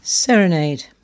Serenade